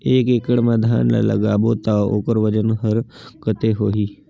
एक एकड़ मा धान ला लगाबो ता ओकर वजन हर कते होही?